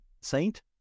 saint